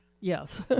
Yes